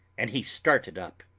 and he started up.